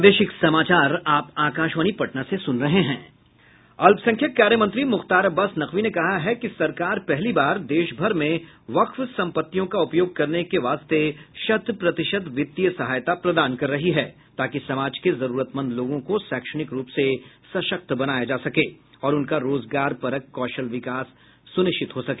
अल्पसंख्यक कार्य मंत्री मुख्तार अब्बास नकवी ने कहा है कि सरकार पहली बार देश भर में वक्फ संपत्तियों का उपयोग करने के वास्ते शत प्रतिशत वित्तीय सहायता प्रदान कर रही है ताकि समाज के जरूरतमंद लोगों को शैक्षणिक रूप से सशक्त बनाया जा सके और उनका रोजगारपरक कौशल विकास सुनिश्चित हो सके